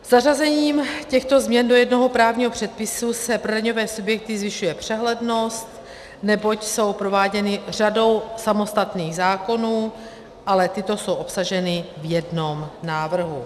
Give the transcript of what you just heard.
Zařazením těchto změn do jednoho právního předpisu se pro daňové subjekty zvyšuje přehlednost, neboť jsou prováděny řadou samostatných zákonů, ale tyto jsou obsaženy v jednom návrhu.